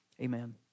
amen